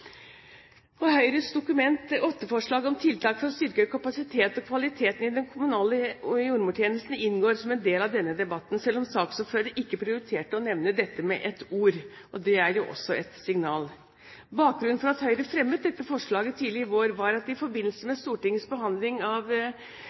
brukerne. Høyres Dokument 8-forslag om tiltak for å styrke kapasiteten og kvaliteten i den kommunale jordmortjenesten inngår som en del av denne debatten, selv om saksordføreren ikke prioriterte å nevne dette med ett ord – og det er jo også et signal. Bakgrunnen for at Høyre fremmet dette forslaget tidlig i vår, var at det i forbindelse